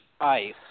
ice